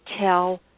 tell